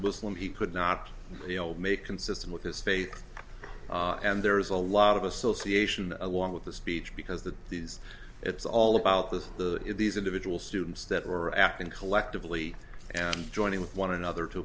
muslim he could not make consistent with his faith and there is a lot of association along with the speech because that these it's all about this the these individual students that are acting collectively and joining with one another to